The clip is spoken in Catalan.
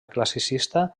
classicista